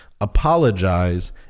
apologize